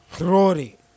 Rory